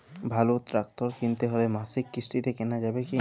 ভালো ট্রাক্টর কিনতে হলে মাসিক কিস্তিতে কেনা যাবে কি?